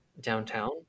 downtown